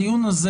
הדיון הזה